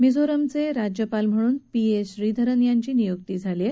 मिझोरामचे राज्यपाल म्हणून P S Sreedharan यांची नियुकी झाली आहे